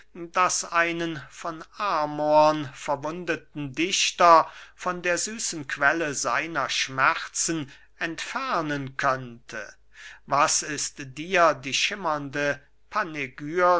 das einen von amorn verwundeten dichter von der süßen quelle seiner schmerzen entfernen könnte was ist dir die schimmernde panegyris